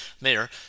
Mayor